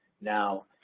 now